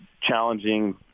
challenging